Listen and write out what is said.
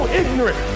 ignorant